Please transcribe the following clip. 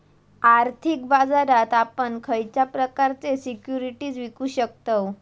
आर्थिक बाजारात आपण खयच्या प्रकारचे सिक्युरिटीज विकु शकतव?